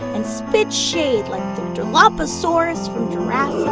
and spit shade like the dilophosaurus from jurassic